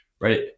right